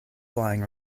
flying